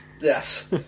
Yes